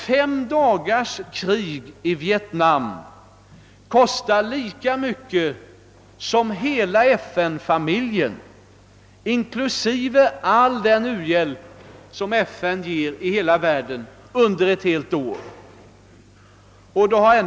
Fem dagars krig i Vietnam kostar lika mycket som hela FN-familjen ger i hela världen under ett helt år, inklusive all u-hjälp.